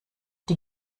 die